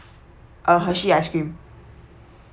uh hershey ice cream